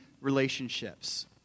relationships